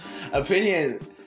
opinion